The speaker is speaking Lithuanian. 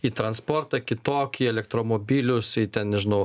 į transportą kitokį elektromobilius ten nežinau